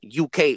UK